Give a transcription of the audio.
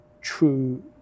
true